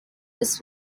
this